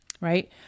right